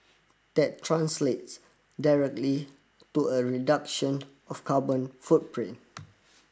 that translates directly to a reduction of carbon footprint